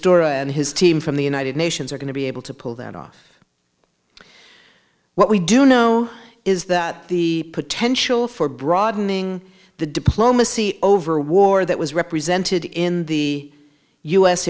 mistura and his team from the united nations are going to be able to pull that off what we do know is that the potential for broadening the diplomacy over war that was represented in the u